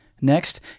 Next